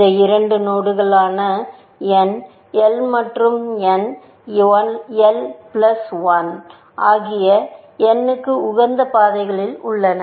இந்த இரண்டு நோடுகளான n l மற்றும் n l பிளஸ் ஒன் ஆகியவை n க்கு உகந்த பாதைகளில் உள்ளன